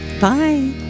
Bye